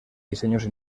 diseños